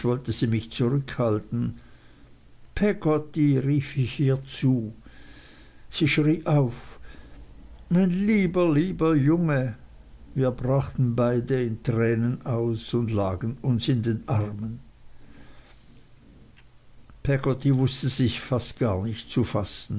wollte sie mich zurückhalten peggotty rief ich ihr zu sie schrie auf mein lieber lieber junge wir brachen beide in tränen aus und lagen uns in den armen peggotty wußte sich gar nicht zu lassen